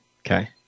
Okay